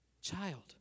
Child